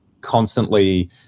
constantly